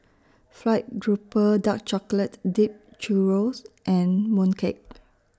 Fried Grouper Dark Chocolate Dipped Churro and Mooncake